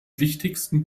wichtigsten